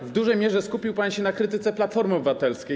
W dużej mierze skupił pan się na krytyce Platformy Obywatelskiej, i